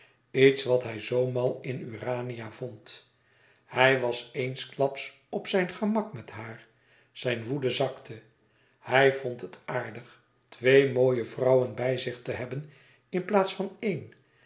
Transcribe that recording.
iets wat hij zoo mal in urania vond hij was eensklaps op zijn gemak met haar zijne woede zakte hij vond het aardig twee mooie vrouwen bij zich te hebben in plaats van éene